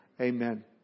Amen